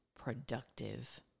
productive